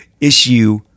issue